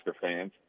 fans